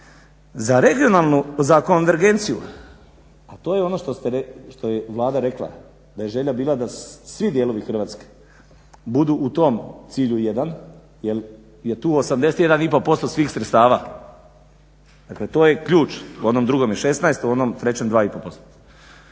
Za konvergenciju to je ono što je Vlada rekla da je želja bila da svi dijelovi Hrvatske budu u tom cilju jedan jer je tu 81,5% svih sredstava, dakle to je ključ u onom drugome 16, u onom trećem 2,5%.